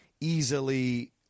easily